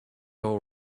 all